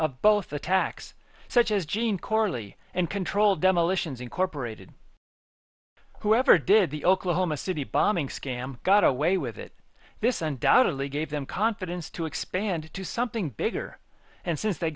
of both attacks such as gene corley and controlled demolitions incorporated whoever did the oklahoma city bombing scam got away with it this undoubtedly gave them confidence to expand into something bigger and since they